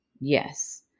Yes